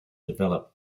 develop